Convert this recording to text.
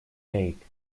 cake